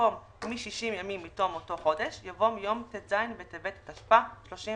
במקום "מ-60 ימים מתום אותו חודש" יבוא "מיום ט"ז בטבת התשפ"א (31